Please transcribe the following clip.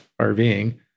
RVing